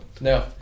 No